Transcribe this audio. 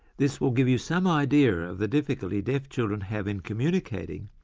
this will give you some idea of the difficulty deaf children have in communicating,